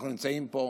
אנחנו נמצאים פה.